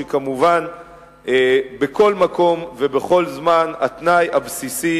כשכמובן בכל מקום ובכל זמן התנאי הבסיסי